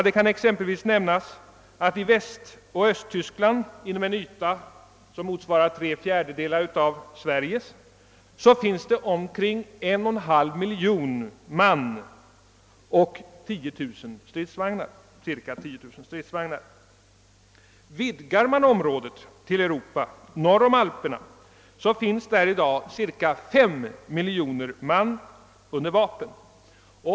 Det kan exempelvis nämnas att i Västoch Östtyskland inom en yta som motsvarar tre fjärdedelar av Sveriges finns omkring en och en halv miljon man och 10 000 stridsvagnar. Vidgar man området till Europa norr om Alperna finns där i dag cirka 5 miljoner man under vapen.